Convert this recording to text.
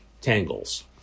tangles